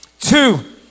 Two